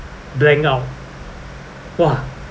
blank out !wah!